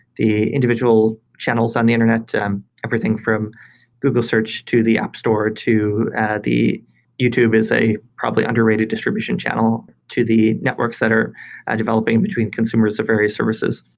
the individual channels on the internet, um everything from google search, to the app store, to the youtube is a probably underrated distribution channel to the networks that are developing between consumers of various services.